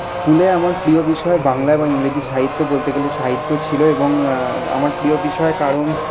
স্কুলে আমার প্রিয় বিষয় বাংলা বা ইংরেজি সাহিত্য বলতে গেলে সাহিত্য ছিল এবং আমার প্রিয় বিষয় কারণ